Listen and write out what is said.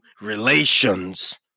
relations